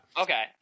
Okay